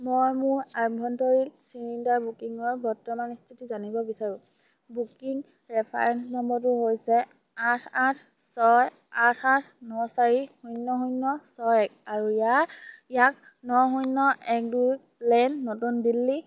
মই মোৰ আভ্যন্তৰীণ চিলিণ্ডাৰ বুকিঙৰ বৰ্তমান স্থিতি জানিব বিচাৰোঁ বুকিং ৰেফাৰেঞ্চ নম্বৰটো হৈছে আঠ আঠ ছয় আঠ আঠ ন চাৰি শূন্য শূন্য ছয় এক আৰু ইয়াৰ ইয়াক ন শূন্য এক দুই ওকলেন নতুন দিল্লী